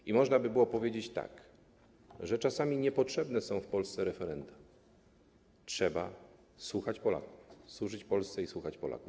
I można by było powiedzieć, że czasami niepotrzebne są w Polsce referenda, trzeba słuchać Polaków, służyć Polsce i słuchać Polaków.